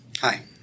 hi